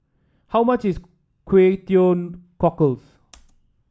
how much is Kway Teow Cockles